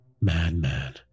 madman